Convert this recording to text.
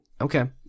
okay